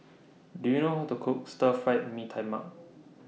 Do YOU know How to Cook Stir Fried Mee Tai Mak